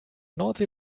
nordsee